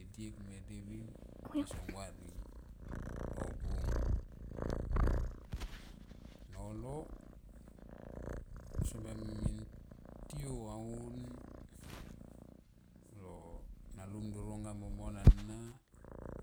E diek me devin ti son vari nobung, nolo lo naidum doro momon nana